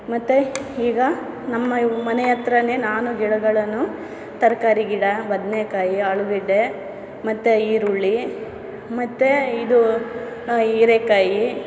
ಮತ್ತೆ ಈಗ ನಮ್ಮ ಮನೆ ಹತ್ತಿರನೇ ನಾನು ಗಿಡಗಳನ್ನು ತರಕಾರಿ ಗಿಡ ಬದನೇಕಾಯಿ ಆಲೂಗೆಡ್ಡೆ ಮತ್ತೆ ಈರುಳ್ಳಿ ಮತ್ತೆ ಇದು ಹೀರೇಕಾಯಿ